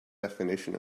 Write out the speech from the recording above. definition